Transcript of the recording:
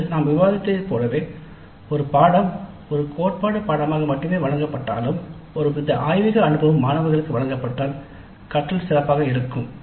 இப்போது நாம் விவாதித்ததைப் போலவே ஒரு பாடநெறி ஒரு கோட்பாட்டு பாடநெறி ஆக மட்டுமே வழங்கப்பட்டாலும் ஒருவித ஆய்வக அனுபவம் மாணவர்களுக்கு வழங்கப்பட்டால் கற்றல் சிறப்பாக இருக்கும்